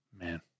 Man